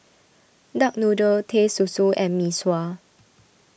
Duck Noodle Teh Susu and Mee Sua